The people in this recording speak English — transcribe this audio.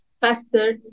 faster